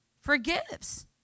forgives